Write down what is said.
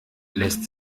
lässt